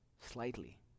slightly